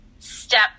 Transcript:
Step